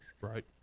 right